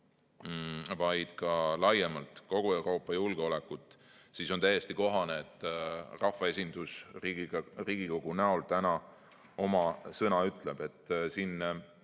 vaid ka laiemalt kogu Euroopa julgeolekut, täiesti kohane, et rahvaesindus Riigikogu näol täna oma sõna ütleb. Siin